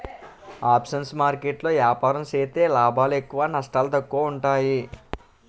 options market లో ఏపారం సేత్తే లాభాలు ఎక్కువ నష్టాలు తక్కువ ఉంటాయి